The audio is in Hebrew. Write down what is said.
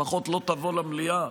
אבל לפחות לא תבוא למליאה.